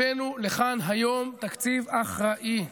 הבאנו לכאן היום תקציב אחראי.